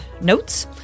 notes